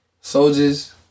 soldiers